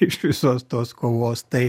iš visos tos kovos tai